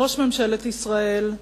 ראש ממשלת ישראל,